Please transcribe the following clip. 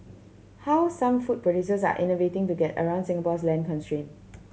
how some food producers are innovating to get around Singapore's land constraint